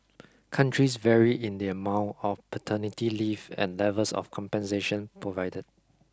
countries vary in the amount of paternity leave and levels of compensation provided